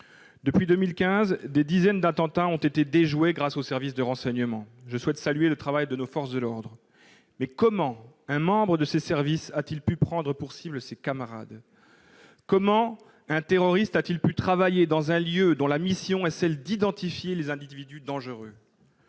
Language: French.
Depuis 2015, des dizaines d'attentats ont été déjoués grâce aux services de renseignement. Je souhaite saluer le travail de nos forces de l'ordre. Mais comment un membre de ces services a-t-il pu prendre pour cible ses camarades ? Comment un terroriste a-t-il pu travailler dans un lieu dont la mission est d'identifier les individus dangereux ?